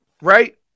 right